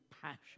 passion